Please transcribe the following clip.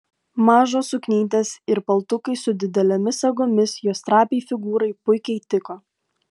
mažos suknytės ir paltukai su didelėmis sagomis jos trapiai figūrai puikiai tiko